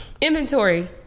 Inventory